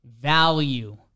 Value